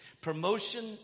Promotion